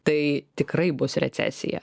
tai tikrai bus recesija